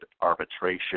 arbitration